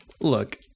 Look